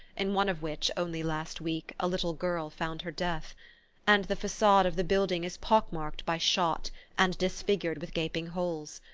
in one of which, only last week, a little girl found her death and the facade of the building is pock-marked by shot and disfigured with gaping holes.